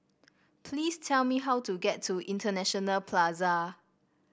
please tell me how to get to International Plaza